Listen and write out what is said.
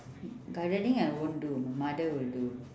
gardening I won't do my mother will do